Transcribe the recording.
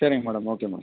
சரிங்க madam okay madam